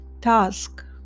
task